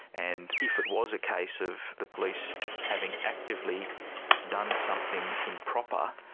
and if it was a case of the police having actively done something improper,